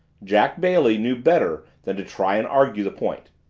jack bailey knew better than to try and argue the point,